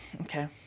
okay